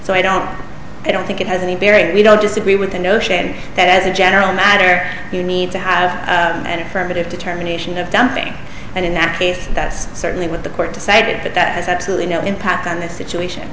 so i don't i don't think it has any bearing we don't disagree with the notion that as a general matter you need to have an affirmative determination of dumping and in that case that's certainly what the court decided but that has absolutely no impact on the situation